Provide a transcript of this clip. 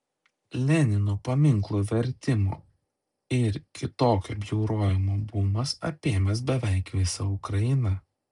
lenino paminklų vertimo ir kitokio bjaurojimo bumas apėmęs beveik visą ukrainą